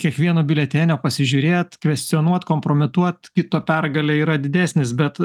kiekvieno biuletenio pasižiūrėt kvestionuot kompromituot kito pergalė yra didesnis bet